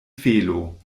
felo